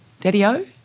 Daddy-O